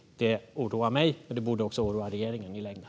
Det oroar mig, och det borde också oroa regeringen i längden.